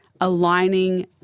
aligning